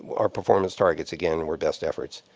our performance targets, again, were best efforts.